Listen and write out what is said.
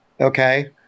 okay